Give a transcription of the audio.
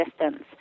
distance